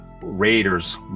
Raider's